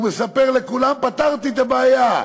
הוא מספר לכולם: פתרתי את הבעיה,